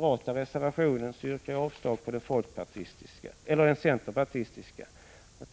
1985/86:154 moderata reservationen yrkar jag avslag på den centerpartistiska. Jag anser